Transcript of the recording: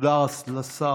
תודה רבה.